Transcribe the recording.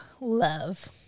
love